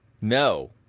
No